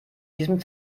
diesem